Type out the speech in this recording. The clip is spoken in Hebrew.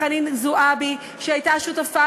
לחנין זועבי שהייתה שותפה,